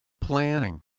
Planning